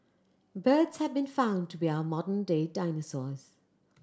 birds have been found to be our modern day dinosaurs